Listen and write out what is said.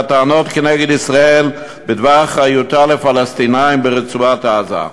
הטענות כנגד ישראל בדבר אחריותה לפלסטינים ברצועת-עזה.